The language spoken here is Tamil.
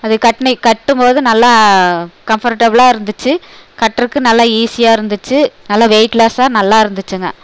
அது கட்னி கட்டும்போது நல்லா கம்ஃபர்டபுளாக இருந்துச்சு கட்டுறக்கு நல்ல ஈஸியாக இருந்துச்சு நல்ல வெயிட்லஸ்ஸாக நல்லா இருந்துச்சுங்க